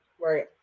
right